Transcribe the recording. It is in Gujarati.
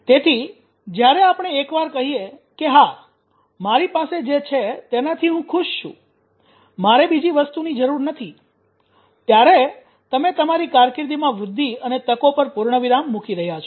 તેથી જ્યારે આપણે એકવાર કહીએ કે હા મારી પાસે જે છે તેનાથી હું ખુશ છું મારે બીજી કોઈ વસ્તુની જરૂર નથી ત્યારે તમે તમારી કારકિર્દીમાં વૃદ્ધિ અને તકો પર પૂર્ણવિરામ મૂકી રહ્યા છો